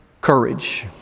courage